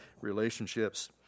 relationships